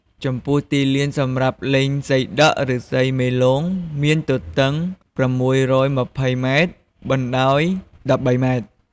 ចំពោះទីលានសម្រាប់លេងសីដក់ ឬ សីមេលោងមានទទឹង ៦២០ម៉ែត្រ បណ្ដោយ១៣ម៉ែត្រ ។